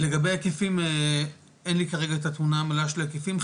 לגבי ההיקפים אין לי כרגע את התמונה המלאה של ההיקפים,